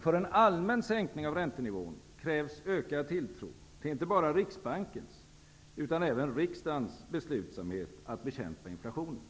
För en allmän sänkning av räntenivån krävs ökad tilltro till inte bara Riksbankens utan även riksdagens beslutsamhet att bekämpa inflationen.